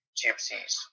gypsies